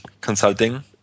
consulting